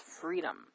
freedom